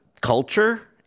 culture